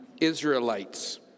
Israelites